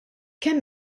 kemm